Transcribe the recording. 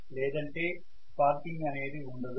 లేదంటే స్పార్కింగ్ అనేది ఉండదు